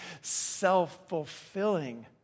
self-fulfilling